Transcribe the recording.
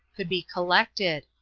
would be collected.